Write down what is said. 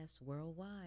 worldwide